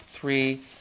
three